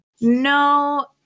No